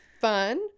fun